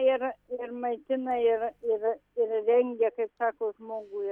ir ir maitina ir ir ir rengia kaip sako žmogų i